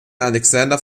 alexander